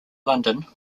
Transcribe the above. london